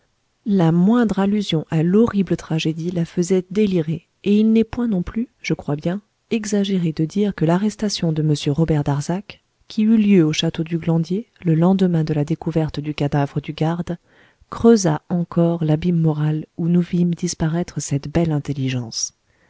la moindre allusion à l'horrible tragédie la faisait délirer et il n'est point non plus je crois bien exagéré de dire que l'arrestation de m robert darzac qui eut lieu au château du glandier le lendemain de la découverte du cadavre du garde creusa encore l'abîme moral où nous vîmes disparaître cette belle intelligence